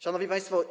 Szanowni Państwo!